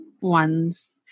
ones